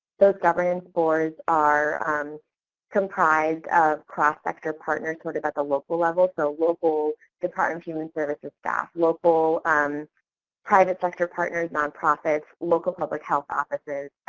those governance boards are comprised of cross-sector partners sort of at the local level, so local department of human services staff, local um private sector partners, nonprofits, local public health offices,